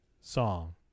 song